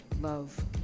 love